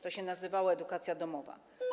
To się nazywało: edukacja domowa.